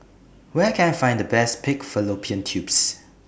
Where Can I Find The Best Pig Fallopian Tubes